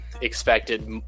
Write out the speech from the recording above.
expected